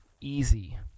easy